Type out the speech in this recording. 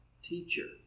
teacher